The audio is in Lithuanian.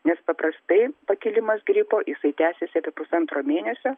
nes paprastai pakilimas gripo jisai tęsiasi apie pusantro mėnesio